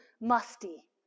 musty